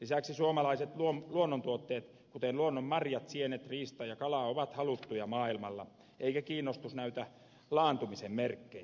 lisäksi suomalaiset luonnontuotteet kuten luonnonmarjat sienet riista ja kala ovat haluttuja maailmalla eikä kiinnostus näytä laantumisen merkkejä